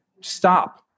stop